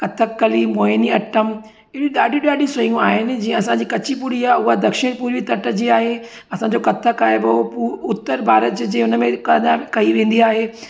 कथक कली मोहिनी अटम अहिड़ी ॾाढी ॾाढी शयूं आहिनि जीअं असांजी कची पुड़ी आहे उहा दक्षिण पुरी तट जी आहे असांजो कथक आहे उहो पु उत्तर भारत जी जी हुन में रीक अदा कई वेंदी आहे